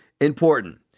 important